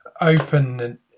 open